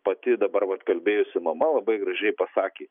pati dabar vat kalbėjusi mama labai gražiai pasakė